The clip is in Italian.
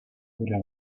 curia